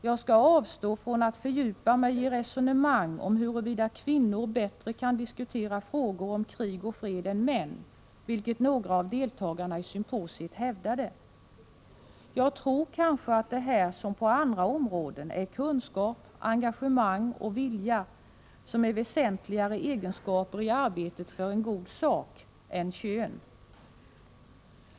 Jag skall avstå från att fördjupa mig i resonemang om huruvida kvinnor bättre kan diskutera frågor om krig och fred än män, vilket några av deltagarna i symposiet hävdade. Jag tror att här som på andra områden kunskap, engagemang och vilja kanske är väsentligare egenskaper i arbetet för en viss sak än kön.